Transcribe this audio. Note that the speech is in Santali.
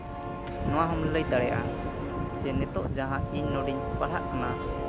ᱱᱚᱣᱟ ᱦᱚᱸᱢ ᱞᱟᱹᱭ ᱫᱟᱲᱮᱭᱟᱜᱼᱟ ᱡᱮ ᱱᱤᱛᱳᱜ ᱡᱟᱦᱟᱸ ᱤᱧ ᱱᱚᱰᱮᱧ ᱯᱟᱲᱦᱟᱜ ᱠᱟᱱᱟ